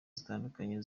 zitandukanye